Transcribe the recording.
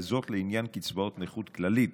וזאת לעניין קצבאות נכות כללית,